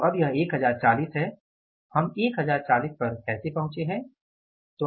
तो अब यह 1040 है हम 1040 पर कैसे पहुचे हैं